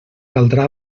caldrà